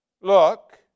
look